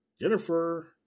Jennifer